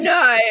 no